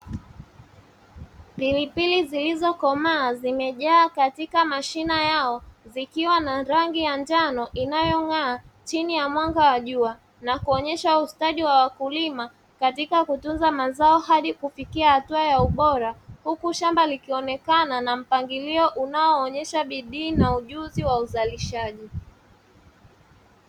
Pilipili zilizokomaa zimejaa katika mashina yao zikiwa na rangi ya njano inayong'aa chini ya mwanga wa jua, na kuonyesha ustadi wa wakulima katika kutunza mazao hadi kufikia hatua ya ubora. Huku shamba likionekana na mpangilio unaoonyesha bidii na ujuzi wa uzalishaji.